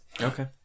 Okay